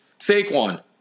Saquon